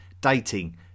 dating